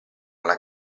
alla